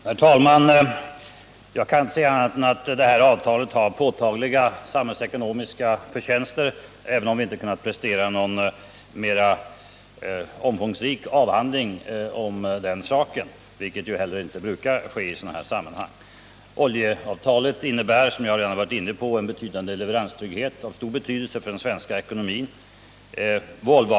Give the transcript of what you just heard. Herr talman! Jag kan inte se annat än att detta avtal har påtagliga samhällsekonomiska förtjänster, även om vi inte kunnat prestera någon mera omfångsrik avhandling om saken. Oljeavtalet innebär, som jag redan berört, en väsentlig leveranstrygghet av stor betydelse för den svenska ekonomin.